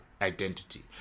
identity